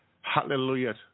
Hallelujah